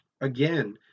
Again